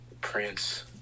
Prince